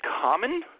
common